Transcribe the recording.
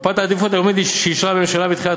מפת העדיפות הלאומית שאישרה הממשלה בתחילת